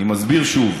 אני מסביר שוב,